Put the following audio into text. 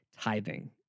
tithing